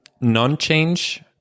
non-change